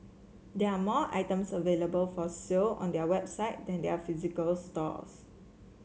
there are more items available for sale on their website than their physical stores